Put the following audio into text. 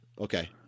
okay